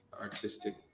artistic